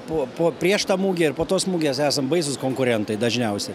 po po prieš tą mugę ir po tos mugės esam baisūs konkurentai dažniausiai